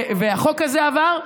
והחוק הזה עבר,